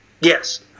Yes